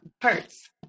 parts